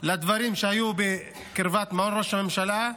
לדברים שהיו בקרבת מעון ראש הממשלה,